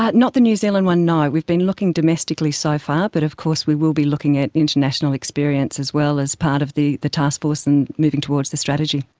ah not the new zealand one, no. we've been looking domestically so far, but of course we will be looking at international experience as well as part of the the taskforce and moving towards the strategy.